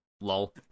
Lol